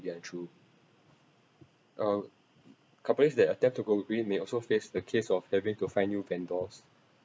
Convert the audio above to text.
ya true um companies that attempt to go green may also face the case of having to find new vendors